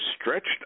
stretched